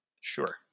Sure